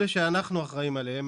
אלה שאנחנו אחראים עליהן,